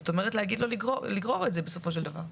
כלומר להגיד לו לגרור את זה בסופו של דבר.